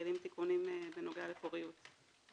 שמחילים תיקונים בנוגע לפוריות.